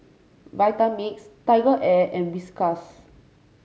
Vitamix Tiger Air and Whiskas